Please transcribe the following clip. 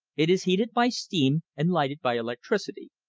it is heated by steam and lighted by electricity.